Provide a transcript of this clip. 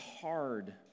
hard